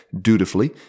dutifully